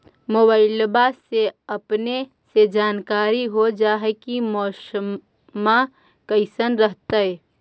मोबाईलबा से अपने के जानकारी हो जा है की मौसमा कैसन रहतय?